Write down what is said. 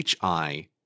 HI